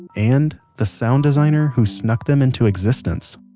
and and the sound designer who snuck them into existence